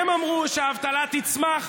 הם אמרו שהאבטלה תצמח,